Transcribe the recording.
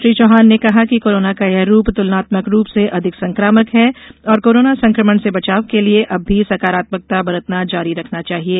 श्री चौहान ने कहा कि कोरोना का यह रूप तुलनात्मक रूप से अधिक संकामक है और कोरोना संकमण से बचाव के लिये अब भी सकारात्मकता बरतना जारी रखना चाहिये